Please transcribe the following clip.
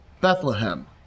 Bethlehem